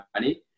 money